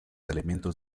elementos